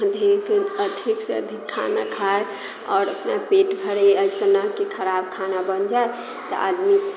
अधिक अधिकसँ अधिक खाना खाय आओर अपना पेट भरय अइसन न कि खराब खाना बनि जाय तऽ आदमी